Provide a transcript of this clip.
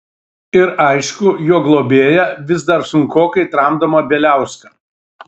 ir aišku jo globėją vis dar sunkokai tramdomą bieliauską